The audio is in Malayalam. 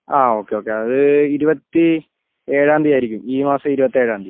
ആ ഓക്കെ ഓക്കെ അത് ഇരുപത്തി ഏഴാം തീയ്യതി ആയിരിക്കും ഈ മാസം ഇരുപത്തേഴാം തീയ്യതി